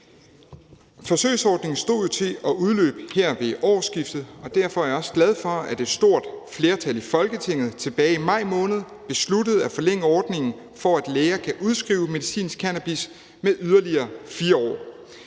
Forsøgsordningen stod jo til at udløbe her ved årsskiftet, og derfor er jeg også glad for, at et stort flertal i Folketinget tilbage i maj måned besluttede at forlænge ordningen, for at læger kan udskrive medicinsk cannabis, med yderligere 4 år.